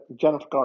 Jennifer